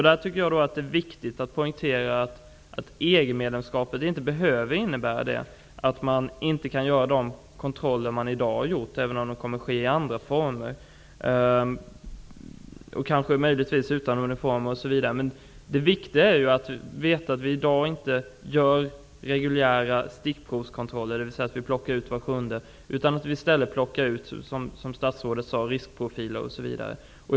Det är viktigt att poängtera att EG-medlemskapet inte behöver innebära att man inte kommer att ha möjlighet att göra de kontroller som man gör i dag, även om de kommer att ske i andra former och kanske möjligtvis utan uniformer osv. Men det viktiga är att veta att det i dag inte görs reguljära stickprovskontroller där var sjunde person plockas ut utan att, som statsrådet sade, i stället riskprofiler osv. plockas ut.